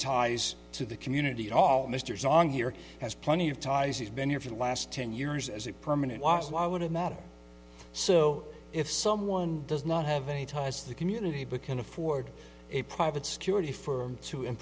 ties to the community at all mr song here has plenty of ties he's been here for the last ten years as a permanent loss why would it matter so if someone does not have any ties to the community because afford a private security firm to